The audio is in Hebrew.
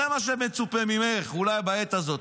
זה מה שמצופה ממך אולי בעת הזאת.